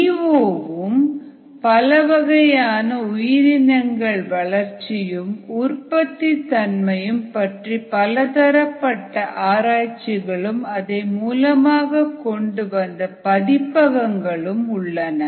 D O வும் பலவகையான உயிரினங்களின் வளர்ச்சியும் உற்பத்தி தன்மையும் பற்றி பலதரப்பட்ட ஆராய்ச்சிகளும் அதை மூலமாக கொண்டு வந்த பதிப்பகங்களும் உள்ளன